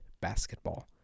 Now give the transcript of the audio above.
basketball